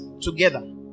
together